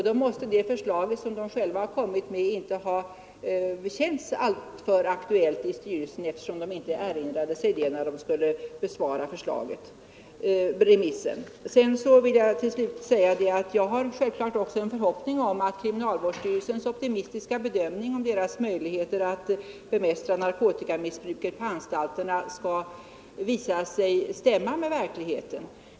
Då måste det förslag som socialstyrelsen själv kommit med inte ha känts alltför aktuellt, eftersom styrelsen inte erinrade sig det förslaget när den skulle besvara remissen. Till slut vill jag säga att jag självklart också har en förhoppning om att kriminalvårdsstyrelsens optimistiska bedömning av sina möjligheter 39 att bemästra narkotikamissbruket på anstalterna skall visa sig stämma med verkligheten.